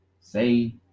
Say